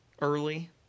early